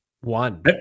one